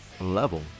level